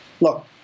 Look